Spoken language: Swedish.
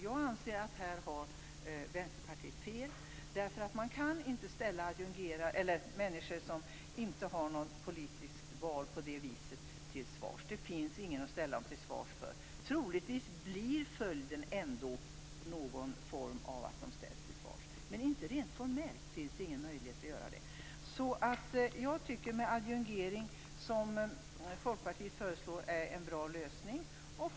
Jag anser att Vänsterpartiet har fel här. Man kan inte ställa människor som inte är politiskt valda till svars på det viset. Det finns ingenting att ställa dem till svars för. Troligtvis blir följden ändå att de ställs till svars i någon form, men rent formellt finns det ingen möjlighet att göra det. Jag tycker att adjungering, som Folkpartiet föreslår, är en bra lösning.